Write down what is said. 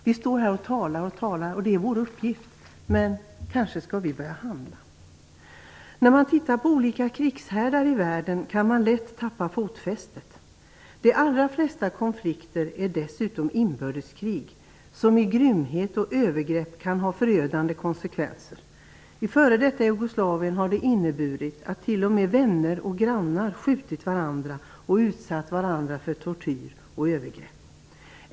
Vi står här och talar och talar, vilket också är vår uppgift, men kanske skall vi börja handla. När man ser på olika krigshärdar i världen kan man lätt tappa fotfästet. De allra flesta konflikter är dessutom inbördeskrig, som i grymhet och övergrepp kan ha förödande konsekvenser. I det f.d. Jugoslavien har det t.o.m. inneburit att vänner och grannar skjutit varandra eller utsatt varandra för tortyr och övergrepp.